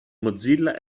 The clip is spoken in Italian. mozilla